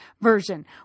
version